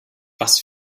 was